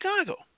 Chicago